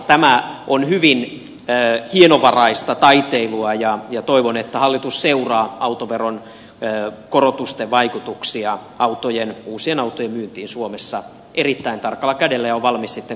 tämä on hyvin hienovaraista taiteilua ja toivon että hallitus seuraa autoveron korotusten vaikutuksia uusien autojen myyntiin suomessa erittäin tarkalla kädellä ja on valmis sitten korjausliikkeisiin jos niihin on tarvetta